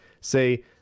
say